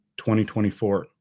2024